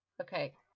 Okay